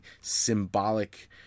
symbolic